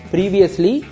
Previously